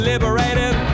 Liberated